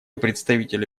представителя